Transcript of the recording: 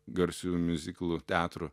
garsiųjų miuziklų teatrų